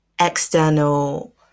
external